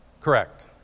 Correct